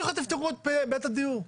כך תפתרו את בעיית הדיור.